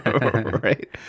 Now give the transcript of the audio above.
right